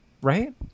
right